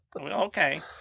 Okay